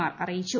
R അറിയിച്ചു